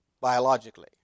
biologically